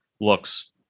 looks